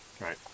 right